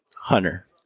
hunter